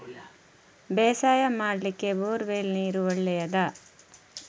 ಬೇಸಾಯ ಮಾಡ್ಲಿಕ್ಕೆ bore well ನೀರು ಒಳ್ಳೆಯದಾ?